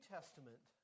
Testament